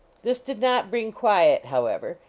this did not bring quiet, however,